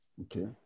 okay